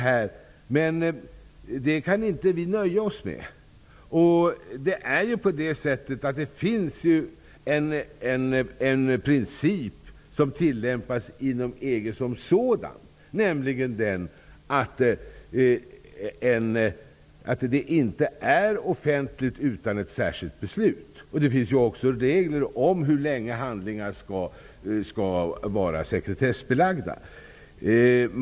Men vi kan inte nöja oss med det. Det finns en princip som tillämpas inom EG som sådant, nämligen den att handlingar inte är offentliga utan ett särskilt beslut. Det finns också regler om hur länge handlingar skall vara sekretessbelagda.